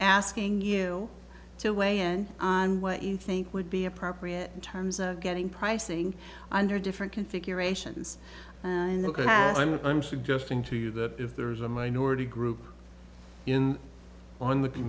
asking you to weigh in on what you think would be appropriate in terms of getting pricing under different configurations and the plan i'm i'm suggesting to you that if there is a minority group in on